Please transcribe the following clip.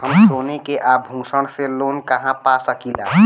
हम सोने के आभूषण से लोन कहा पा सकीला?